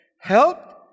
helped